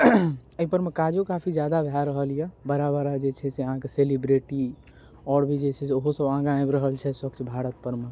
अइपर मे काजो काफी जादा भए रहल यऽ बड़ा बड़ा जे छै से अहाँके सेलिब्रेटी आओर भी जे छै से ओहो सब आगाँ आबि रहल छै स्वच्छ भारतपर मे